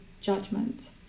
judgment